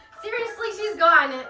seriously, she's gone.